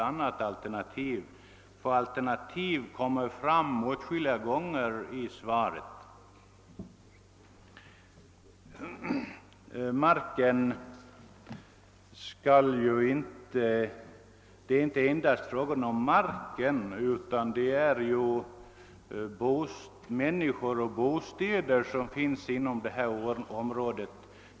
Ordet alternativ återfinns nämligen på flera ställen i svaret. Det är ju inte endast fråga om marken, utan det gäller också människor och bostäder inom området.